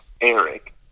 Eric